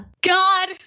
God